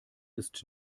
ist